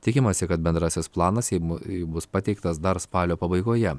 tikimasi kad bendrasis planas seimui bus pateiktas dar spalio pabaigoje